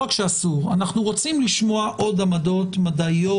ואנחנו רוצים לשמוע עוד עמדות מדעיות,